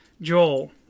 Joel